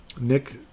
Nick